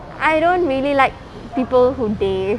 I don't really like people who dey